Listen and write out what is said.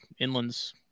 Inlands